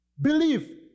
Believe